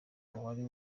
wari